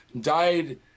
died